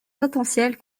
potentiel